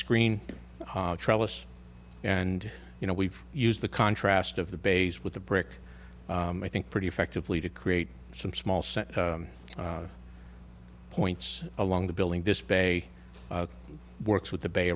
screen trellis and you know we've used the contrast of the bays with the brick i think pretty effectively to create some small sent points along the building this bay works with the bay